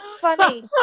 funny